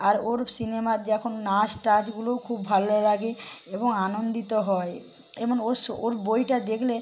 আর ওর সিনেমার যখন নাচ টাচগুলোও খুব ভালো লাগে এবং আনন্দিত হয় এবং ওর শো ওর বইটা দেখলে